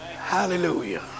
Hallelujah